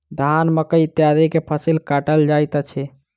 धान, मकई इत्यादि के फसिल काटल जाइत अछि